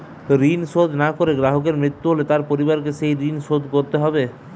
ঋণ শোধ না করে গ্রাহকের মৃত্যু হলে তার পরিবারকে সেই ঋণ শোধ করতে হবে?